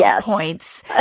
points